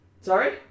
Sorry